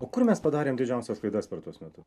o kur mes padarėm didžiausias klaidas per tuos metus